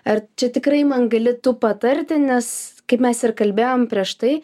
ar čia tikrai man gali tu patarti nes kaip mes ir kalbėjom prieš tai